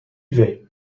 vais